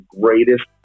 greatest